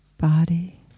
Body